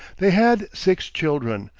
they had six children,